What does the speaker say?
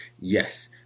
yes